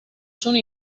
sono